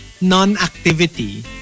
non-activity